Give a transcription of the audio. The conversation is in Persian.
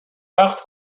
وقت